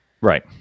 Right